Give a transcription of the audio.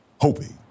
hoping